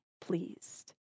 pleased